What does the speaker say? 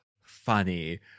funny